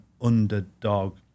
underdog